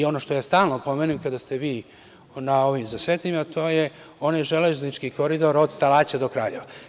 Ono što stalno pomenem kada ste vi na ovim zasedanjima jeste onaj železnički koridor od Stalaća do Kraljeva.